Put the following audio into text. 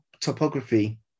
topography